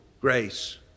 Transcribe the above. grace